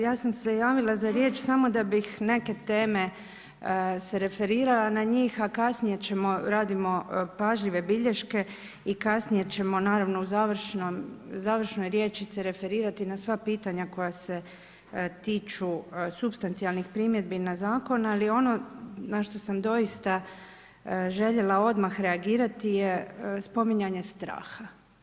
Ja sam se javila za riječ samo da bih neke teme se referirala na njih, a kasnije ćemo, radimo pažljive bilješke i kasnije ćemo naravno u završnoj riječi se referirati na sva pitanja, koja se tiču supstancijalnih primjedbi na zakon, ali ono na što sam doista željela odmah reagirati je spominjanje straha.